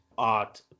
art